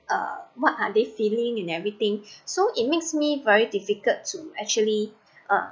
uh what are they feeling in everything so it makes me very difficult to actually uh